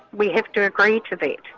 we have to agree to that.